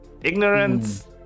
Ignorance